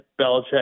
Belichick